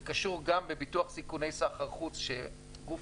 זה קשור גם בביטוח סיכוני סחר חוץ שגוף